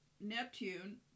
Neptune